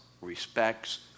respects